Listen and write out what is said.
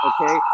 okay